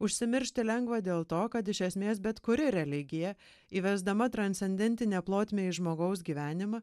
užsimiršti lengva dėl to kad iš esmės bet kuri religija įvesdama transcendentinę plotmę į žmogaus gyvenimą